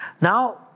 Now